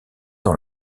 dans